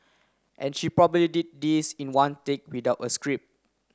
and she probably did this in one take without a scrip